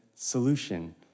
Solution